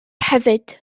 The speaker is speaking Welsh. hefyd